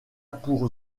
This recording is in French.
pour